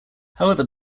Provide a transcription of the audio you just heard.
however